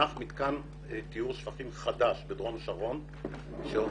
נחנך מתקן טיהור שפכים חדש בדרום השרון שיכול